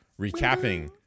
recapping